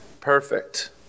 Perfect